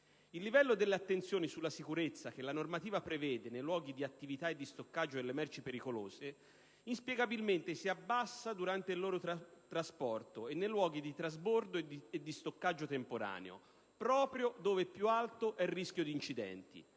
Il livello dell'attenzione sulla sicurezza che la normativa prevede nei luoghi di attività e di stoccaggio delle merci pericolose inspiegabilmente si abbassa durante il loro trasporto e nei luoghi di trasbordo e di stoccaggio temporaneo, proprio dove più alto è il rischio di incidenti.